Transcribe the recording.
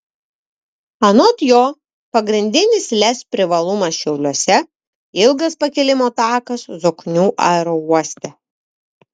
anot jo pagrindinis lez privalumas šiauliuose ilgas pakilimo takas zoknių aerouoste